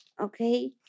okay